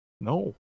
No